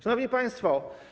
Szanowni Państwo!